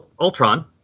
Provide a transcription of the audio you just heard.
Ultron